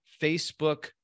Facebook